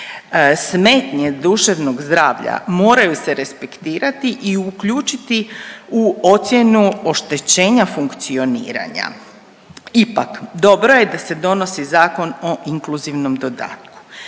Smetnje duševnog zdravlja moraju se respektirati i uključiti u ocjenu oštećenja funkcioniranja. Ipak, dobro je da se donosi Zakon o inkluzivnom dodatku.